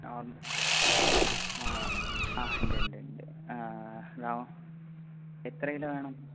ആ ആ ഉണ്ട് ഉണ്ട് ഉണ്ട് എത്ര കിലോ വേണം